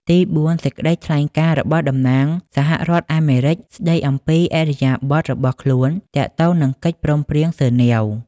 ទីបួន សេចក្តីថ្លែងការណ៍ របស់តំណាងសហរដ្ឋអាមេរិក ស្តីអំពីឥរិយាបថរបស់ខ្លួនទាក់ទងនឹងកិច្ច ព្រមព្រៀងហ្សឺណែវ។